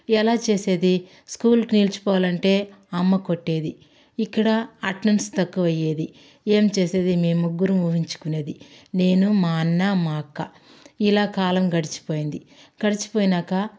ఎలా చేసేది స్కూల్కి నిలిచిపోవాలంటే అమ్మ కొట్టేది ఇక్కడ అటెండన్స్ తక్కువ అయ్యేది ఏం చేసేది మేం ముగ్గురుము ఊహించుకునేది నేను మా అన్న మా అక్క ఇలా కాలం గడిచిపోయింది గడిచిపోయినాక